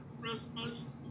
Christmas